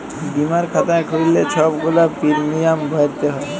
বীমার খাতা খ্যুইল্লে ছব গুলা পিরমিয়াম ভ্যইরতে হ্যয়